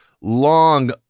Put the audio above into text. long